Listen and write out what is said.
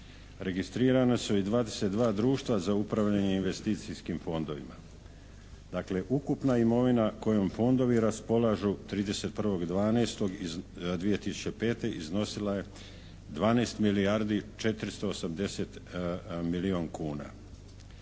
registrirana su i 22 društva za upravljanje investicijskim fondovima. Dakle, ukupna imovina kojom fondovi raspolažu 31.12.2005. iznosila je 12 milijardi 480 milijuna kuna.